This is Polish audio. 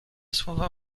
słowa